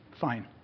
fine